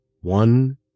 one